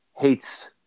hates